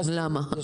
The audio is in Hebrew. למה.